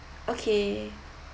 okay